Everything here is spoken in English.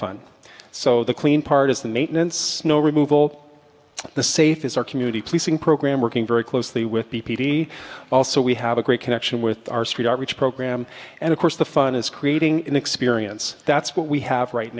fun so the clean part is the maintenance no remove all the safe is our community policing program working very closely with the p d also we have a great connection with our street our beach program and of course the fun is creating an experience that's what we have right